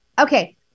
Okay